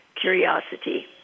curiosity